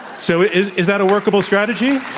so is is that a workable strategy?